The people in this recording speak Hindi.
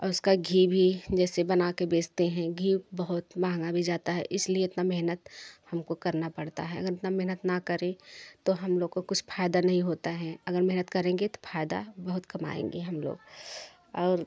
और उसका घी भी जैसे बना के बेचते हैं घी बहुत महँगा भी जाता है इसलिए इतना मेहनत हमको करना पड़ता है अगर इतना मेहनत ना करें तो हम लोग को कुछ फायदा नहीं होता है अगर मेहनत करेंगे तो फायदा बहुत कमाएँगे हम लोग और